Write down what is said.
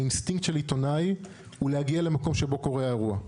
האינסטינקט של עיתונאי הוא להגיע למקום שבו קורה האירוע.